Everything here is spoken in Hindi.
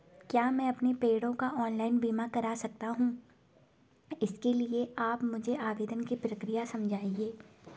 क्या मैं अपने पेड़ों का ऑनलाइन बीमा करा सकता हूँ इसके लिए आप मुझे आवेदन की प्रक्रिया समझाइए?